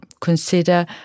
consider